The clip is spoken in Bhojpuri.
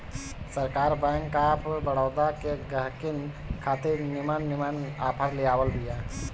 सरकार बैंक ऑफ़ बड़ोदा के गहकिन खातिर निमन निमन आफर लियाइल बिया